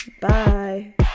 Bye